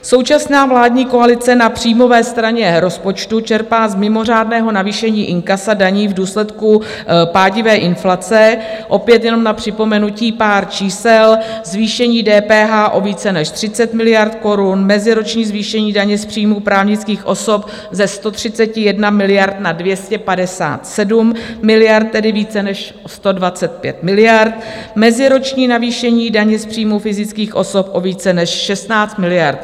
Současná vládní koalice na příjmové straně rozpočtu čerpá z mimořádného navýšení inkasa daní v důsledku pádivé inflace, opět jenom na připomenutí pár čísel: zvýšení DPH o více než 30 miliard korun, meziroční zvýšení daně z příjmů právnických osob ze 131 miliard na 257 miliard, tedy více než 125 miliard, meziroční navýšení daně z příjmů fyzických osob o více než 16 miliard.